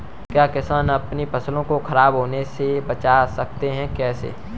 क्या किसान अपनी फसल को खराब होने बचा सकते हैं कैसे?